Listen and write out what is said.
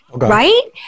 Right